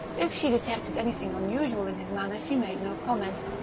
if she detected anything unusual in his manner she made no comment,